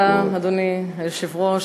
אדוני היושב-ראש,